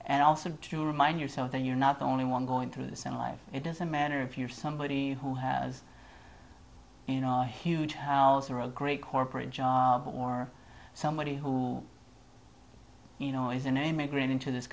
and also to remind yourself that you're not the only one going to the center life it doesn't matter if you're somebody who has you know a huge house or a great corporate job or somebody who you know is an immigrant into this